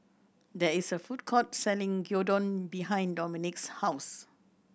there is a food court selling Gyudon behind Dominque's house